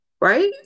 right